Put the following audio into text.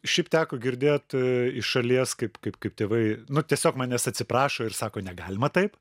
šiaip teko girdėt iš šalies kaip kaip kaip tėvai nu tiesiog manęs atsiprašo ir sako negalima taip